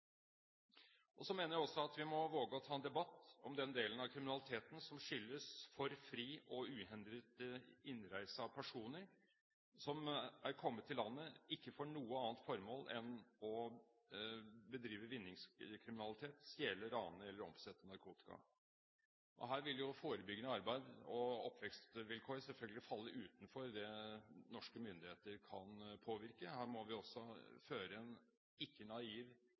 Så mener jeg også at vi må våge å ta en debatt om den delen av kriminaliteten som skyldes for fri og uhindret innreise av personer som er kommet til landet med ikke noe annet formål enn å bedrive vinningskriminalitet – stjele, rane eller omsette narkotika. Her vil forebyggende arbeid og oppvekstvilkår selvfølgelig falle utenfor det som norske myndigheter kan påvirke. Vi må føre en ikke-naiv kontroll og en